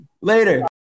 Later